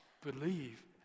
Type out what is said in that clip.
Believe